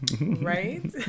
right